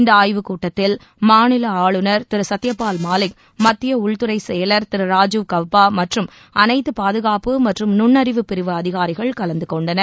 இந்த ஆய்வுக் கூட்டத்தில் மாநில ஆளுநர் திரு சத்யபால் மாலிக் மத்திய உள்துறை செயலர் திரு ராஜீவ் கவ்பா மற்றும் அனைத்து பாதுகாப்பு மற்றும் நுண்ணறிவு பிரிவு அதிகாரிகள் கலந்து கொண்டனர்